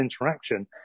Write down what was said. interaction